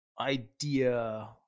idea